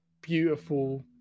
beautiful